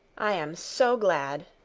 i am so glad.